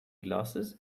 glasses